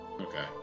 Okay